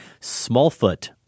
Smallfoot